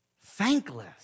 thankless